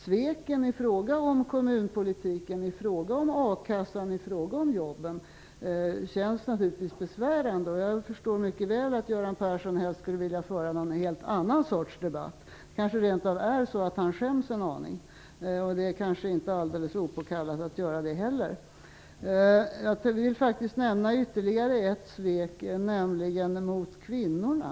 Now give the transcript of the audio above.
Sveken i fråga om kommunpolitiken, akassan och jobben känns naturligtvis besvärande, och jag förstår mycket väl att Göran Persson helst skulle vilja föra en helt annan sorts debatt. Det kanske rent av är så att han skäms en aning, och det är inte alldeles opåkallat. Jag skulle faktiskt vilja nämna ytterligare ett svek, nämligen mot kvinnorna.